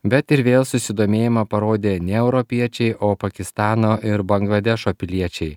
bet ir vėl susidomėjimą parodė ne europiečiai o pakistano ir bangladešo piliečiai